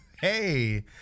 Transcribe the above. Hey